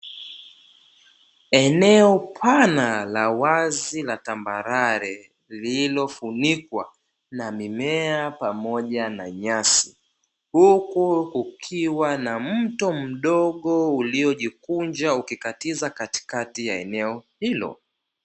Eneo pana la wazi na tambarare lililofunikwa na mimea pamoja na nyasi, huku kukiwa na mto mdogo uliojikunja ukikatiza katikati ya eneo hilo.